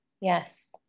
Yes